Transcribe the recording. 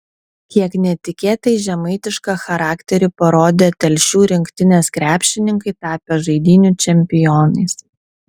kiek netikėtai žemaitišką charakterį parodė telšių rinktinės krepšininkai tapę žaidynių čempionais